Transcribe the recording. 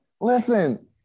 Listen